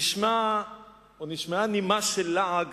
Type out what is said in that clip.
נשמעה נימה של לעג